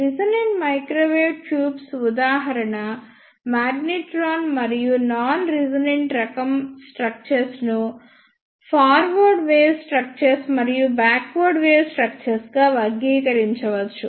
resonant microwave tubes ఉదాహరణ magnetron మరియు non resonant రకం స్ట్రక్చర్స్ ను ఫార్వర్డ్ వేవ్ స్ట్రక్చర్స్ మరియు బ్యాక్వర్డ్ వేవ్ స్ట్రక్చర్స్ గా వర్గీకరించవచ్చు